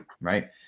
Right